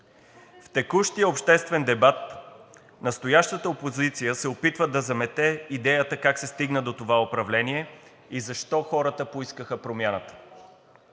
В текущия обществен дебат настоящата опозиция се опитва да замете идеята как се стигна до това управление и защо хората поискаха промяната.